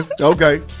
okay